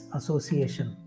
Association